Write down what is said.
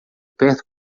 perto